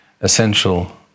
essential